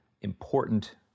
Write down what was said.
important